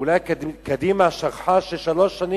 אולי קדימה שכחה שבמשך שלוש השנים